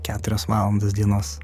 keturios valandos dienos